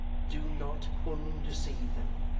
do not undeceive them.